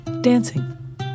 dancing